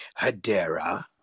Hadera